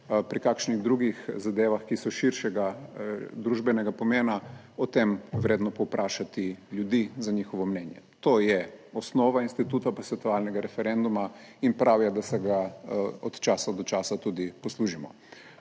pri kakšnih drugih zadevah, ki so širšega družbenega pomena o tem vredno povprašati ljudi za njihovo mnenje. To je osnova instituta posvetovalnega referenduma in prav je, da se ga od časa do časa tudi poslužimo.